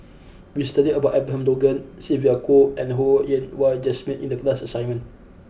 we studied about Abraham Logan Sylvia Kho and Ho Yen Wah Jesmine in the class assignment